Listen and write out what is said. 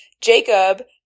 Jacob